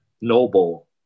noble